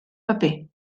paper